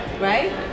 right